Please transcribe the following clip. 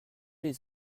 les